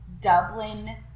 Dublin